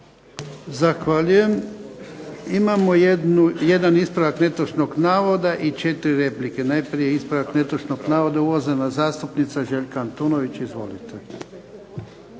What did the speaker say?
Zahvaljujem. Imamo jedan ispravak netočnog navoda i četiri replike. Najprije ispravak netočnog navoda, uvažena zastupnica Željka Antunović. Izvolite.